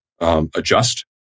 Adjust